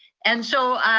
and so,